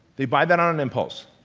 they buy that on impulse.